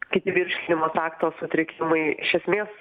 kiti virškinimo trakto sutrikimai iš esmės